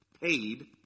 paid